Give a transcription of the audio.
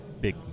big